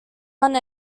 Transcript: one